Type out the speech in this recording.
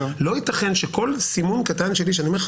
לא ייתכן שכל סימון קטן שלי שאני אומר לך